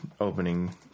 opening